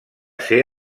ser